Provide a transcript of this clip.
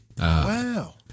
Wow